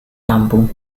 mampu